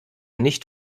nicht